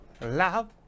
love